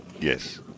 Yes